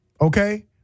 okay